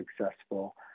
successful